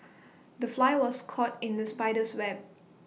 the fly was caught in the spider's web